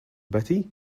betty